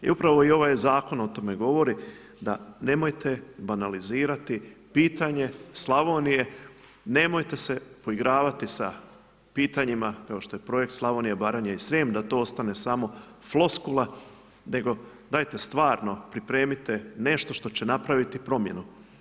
I upravo i ovaj zakon o tome govori da nemojte banalizirati pitanje Slavonije, nemojte se poigravati sa pitanjima kao što je projekt Slavonija, Baranja i Srijem, da to ostane samo floskula, nego dajte stvarno pripremite nešto što će napraviti promjenu.